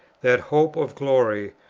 that hope of glory,